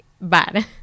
bad